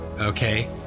okay